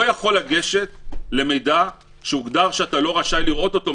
יכול לגשת למידע שהוגדר שאתה לא רשאי לראות אותו,